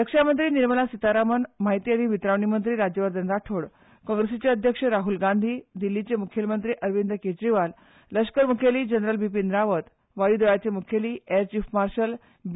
रक्षामंत्री निर्मला सितारामन म्हायती आनी वितरावणी मंत्री राजवर्धन राठोड काँग्रेसीचे अध्यक्ष राहुल गांधी दिल्लीचे मुखेलमंत्री अरविंद केजरीवाल लश्कर मुखेली जनरल बिपीन रावत वायुदळाचे मुखेली एअर चिफ मार्शल बि